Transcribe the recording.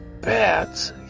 bats